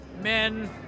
Men